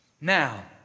Now